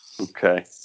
Okay